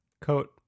coat